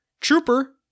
Trooper